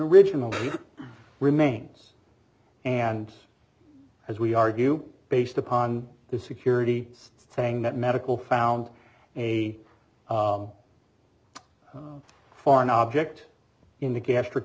original remains and as we argue based upon the security saying that medical found a foreign object in the gastric